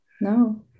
No